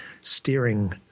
steering